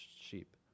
sheep